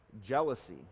jealousy